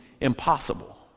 impossible